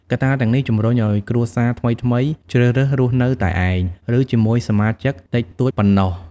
កត្តាទាំងនេះជំរុញឱ្យគ្រួសារថ្មីៗជ្រើសរើសរស់នៅតែឯង ឬជាមួយសមាជិកតិចតួចប៉ុណ្ណោះ។